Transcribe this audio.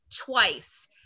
twice